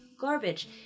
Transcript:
garbage